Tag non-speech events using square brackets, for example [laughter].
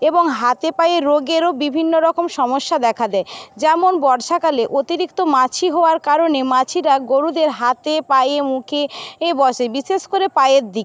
এবং হাতে পায়ে রোগেরও বিভিন্ন রকম সমস্যা দেখা দেয় যেমন বর্ষাকালে অতিরিক্ত মাছি হওয়ার কারণে মাছিরা গরুদের হাতে পায়ে মুখে এ [unintelligible] বসে বিশেষ করে পায়ের দিকে